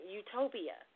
utopia